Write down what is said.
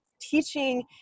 teaching